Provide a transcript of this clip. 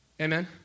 Amen